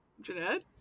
Jeanette